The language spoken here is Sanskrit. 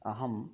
अहं